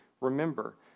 remember